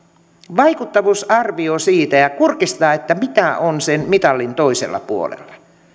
vaikuttavuusarvio siitä ja kurkistaa mitä on sen mitalin toisella puolella